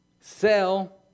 Sell